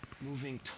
moving